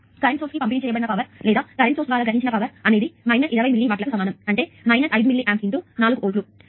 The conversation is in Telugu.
కాబట్టి కరెంట్ సోర్స్ కి పంపిణీ చేయబడిన పవర్ లేదా కరెంట్ సోర్స్ ద్వారా గ్రహించిన పవర్ అనేది 20 మిల్లీ వాట్లకు సమానం అంటే అది 5 మిల్లియాంప్స్4 వోల్ట్లు